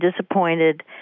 disappointed